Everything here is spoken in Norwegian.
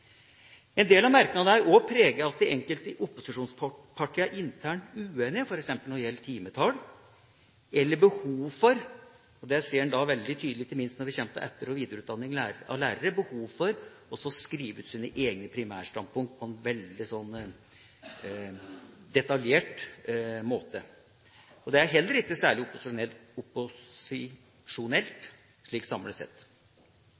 En del av merknadene er også preget av at de enkelte opposisjonspartiene er internt uenige, f.eks. når det gjelder timetall, eller har behov for – og det ser en veldig tydelig ikke minst når det kommer til etter- og videreutdanning av lærere – å skrive ut sine egne primærstandpunkt på en veldig detaljert måte. Det er heller ikke særlig opposisjonelt, slik samlet sett.